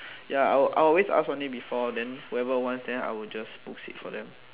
ya I will I will always ask one day before then whoever one then I will just post it for them